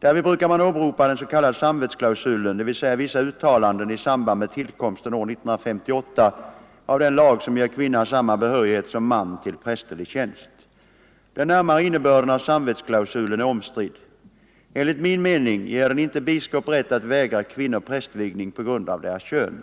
Därvid brukar man åberopa den s.k. samvetsklausulen, dvs. vissa uttalanden i samband med tillkomsten år 1958 av den lag som ger kvinna samma behörighet som man till prästerlig tjänst. Den närmare innebörden av samvetsklausulen är omstridd. Enligt min mening ger den inte biskop rätt att vägra kvinnor prästvigning på grund av deras kön.